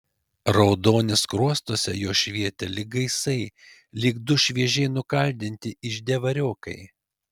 raudonis skruostuose jos švietė lyg gaisai lyg du šviežiai nukaldinti ižde variokai